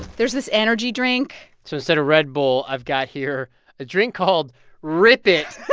there's this energy drink so instead of red bull, i've got here a drink called rip it.